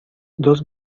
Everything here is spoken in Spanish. dos